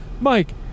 Mike